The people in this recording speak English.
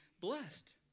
blessed